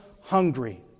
hungry